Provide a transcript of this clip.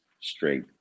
straight